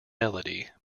melody